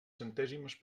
centèsimes